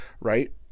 right